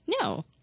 No